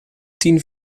tien